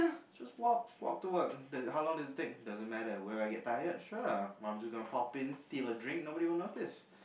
just walk walk to work that's how long does it take doesn't matter when I get tired sure just pop in steal a drink nobody will notice